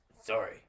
sorry